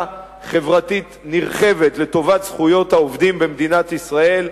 חברתית נרחבת לטובת זכויות העובדים במדינת ישראל,